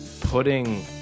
putting